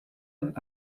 und